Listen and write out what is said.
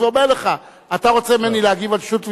ואומר לך: אתה רוצה ממני להגיב על שטות ואיוולת?